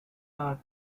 are